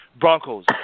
Broncos